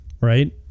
right